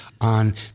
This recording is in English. on